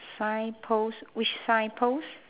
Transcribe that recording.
signpost which signpost